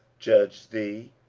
judge thee,